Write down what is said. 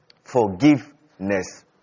Forgiveness